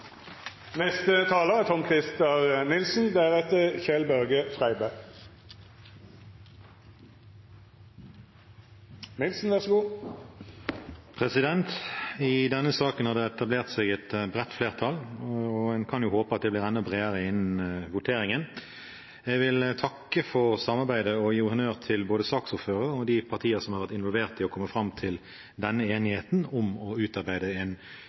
I denne saken er det etablert et bredt flertall, og en kan jo håpe at det blir enda bredere innen voteringen. Jeg vil takke for samarbeidet og gi honnør til både saksordføreren og de partier som har vært involvert i å komme fram til denne enigheten om å utarbeide en